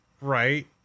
right